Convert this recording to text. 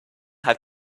have